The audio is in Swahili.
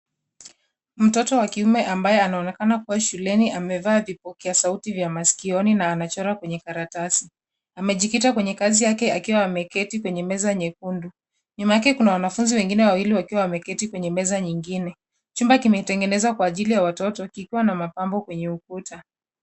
Mtoto wa kiume ambaye anaonekana kuwa shuleni amevaa vipokea sauti vya masikioni na anachora kwenye karatasi. Amejikitia kwenye kazi yake akiwa ameketi kwenye meza nyekundu. Nyuma yake kuna wanafunzi wengine wawili wakiwa wameketi kwenye meza nyingine. Chumba kimetengenezwa kwa ajili ya watoto kikiwa na mapambo kwenye ukuta.